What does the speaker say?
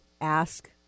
ask